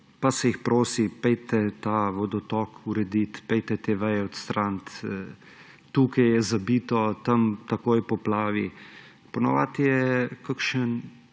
pa se jih prosi: pojdite ta vodotok uredit, pojdite te veje odstranit, tukaj je zabito, tam takoj poplavi. Ponavadi je kakšen